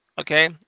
Okay